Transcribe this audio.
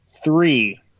Three